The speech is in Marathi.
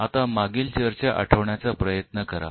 आता मागील चर्चा आठवण्याचा प्रयत्न करा